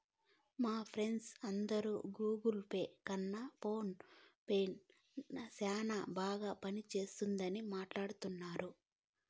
మా ఫ్రెండ్స్ అందరు Google Pay కన్న ఫోన్ పే నే సేనా బాగా పనిచేస్తుండాదని మాట్లాడతాండారు